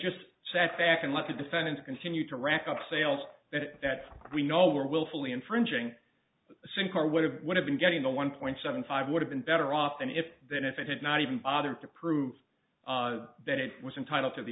just sat back and let the defendants continue to rack up sales that we know were willfully infringing sink or would have would have been getting the one point seven five would have been better off and if than if it had not even bothered to prove that it was entitled to the